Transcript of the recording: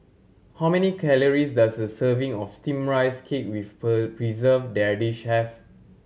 how many calories does a serving of Steamed Rice Cake with Preserved Radish have